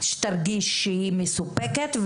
שתרגיש שהיא מסופקת,